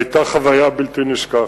היו חוויה בלתי נשכחת.